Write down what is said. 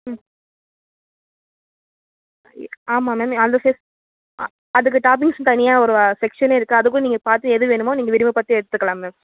ம் ஆமாம் மேம் அந்த செஸ் அதுக்கு டாப்பிங்ஸ் தனியாக ஒரு செக்ஷனே இருக்கு அதுக்கும் நீங்கள் பார்த்து எது வேணுமோ நீங்கள் விருப்பப்பட்டு எடுத்துக்கலாம் மேம்